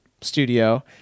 studio